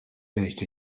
finished